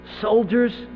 soldiers